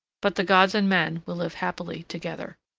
but the gods and men will live happily together.